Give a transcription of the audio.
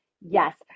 yes